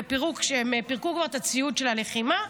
כשהם פירקו כבר את הציוד של הלחימה,